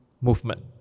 movement